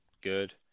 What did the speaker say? good